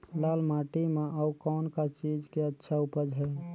लाल माटी म अउ कौन का चीज के अच्छा उपज है?